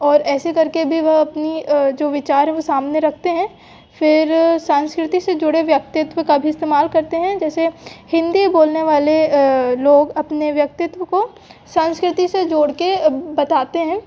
और ऐसे करके भी वह अपनी जो विचार है वो सामने रखते हैं फिर संस्कृति से जुड़े व्यक्तित्व का भी इस्तेमाल करते हैं जैसे हिन्दी बोलने वाले लोग अपने व्यक्तित्व को संस्कृति से जोड़ के बताते हैं